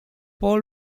paul